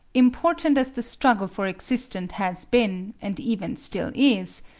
important as the struggle for existence has been and even still is,